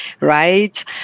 right